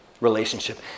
relationship